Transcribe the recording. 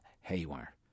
haywire